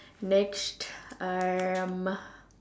next um